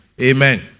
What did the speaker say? Amen